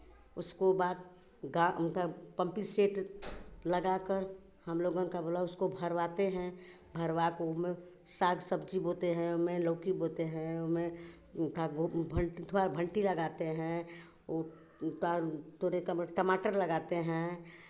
उसको बाद गा पम्पिंग सेट लगाकर हमलोगन का बोलला उसको भरवाते हैं भरवाके उसमें साग सब्जी बोते हैं लौकी बोते हैं उसमें का भँटवा भंटी लगाते हैं वो तोरई का टमाटर लगाते हैं